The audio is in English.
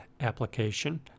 application